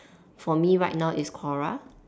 for me right now is Quora